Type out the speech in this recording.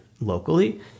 locally